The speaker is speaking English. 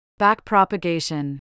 Backpropagation